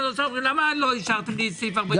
האוצר ואומרים להם: למה לא אישרתם לי את סעיף 46?